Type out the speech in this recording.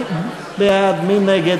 קבוצת סיעת מרצ,